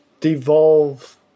devolve